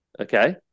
Okay